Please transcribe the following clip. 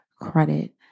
credit